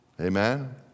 Amen